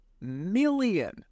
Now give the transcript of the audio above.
million